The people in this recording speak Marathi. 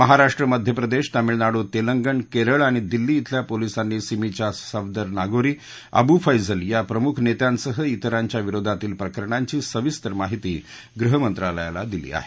महाराष्ट्र मध्यप्रदेश तामिळनाडू तेलंगण केरळ आणि दिल्ली इथल्या पोलीसांनी सिमीच्या सफदर नागोरी अबू फैजल या प्रमुख नेत्यांसह इतरांच्या विरोधातील प्रकरणांची सविस्तर माहिती गृहमंत्रालयाला दिली आहे